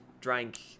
drank